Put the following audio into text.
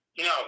No